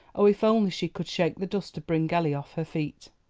oh, if only she could shake the dust of bryngelly off her feet!